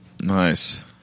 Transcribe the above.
nice